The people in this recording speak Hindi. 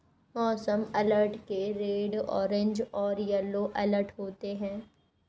मौसम अलर्ट के रेड ऑरेंज और येलो अलर्ट होते हैं